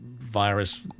virus